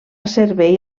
servei